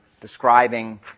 describing